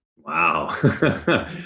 Wow